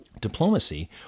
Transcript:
diplomacy